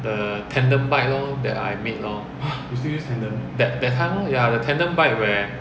the tandem bike lor that I made lor that that time lor ya the tandem bike where